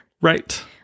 Right